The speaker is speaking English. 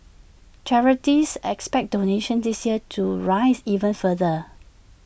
charities expect donations this year to rise even further